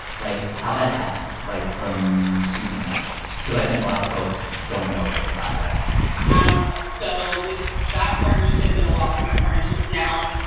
like, how that happened, like, from soup to nuts? cause i think a lot of folks don't know, like, the process um so with that partnership and a lot of my partnerships now,